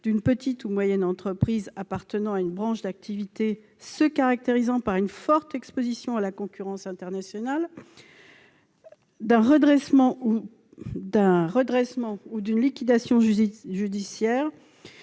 d'une petite ou moyenne entreprise appartenant à une branche d'activité se caractérisant par une forte exposition à la concurrence internationale, d'un redressement ou d'une liquidation judiciaire.